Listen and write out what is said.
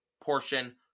portion